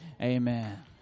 amen